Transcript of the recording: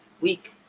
week